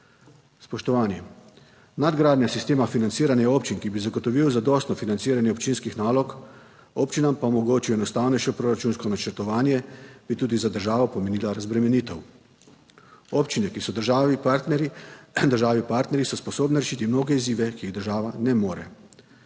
Spoštovani! Nadgradnja sistema financiranja občin, ki bi zagotovil zadostno financiranje občinskih nalog, občinam pa omogočil enostavnejše proračunsko načrtovanje, bi tudi za državo pomenila razbremenitev. Občine, ki so v državi partnerji so sposobni rešiti mnoge izzive, ki jih država ne more.